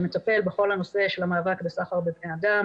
שמטפל בכל הנושא של המאבק בסחר בבני אדם